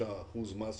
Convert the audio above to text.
65% מס שולי,